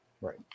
Right